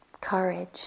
courage